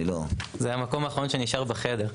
זה המקום האחרון שנשאר בחדר.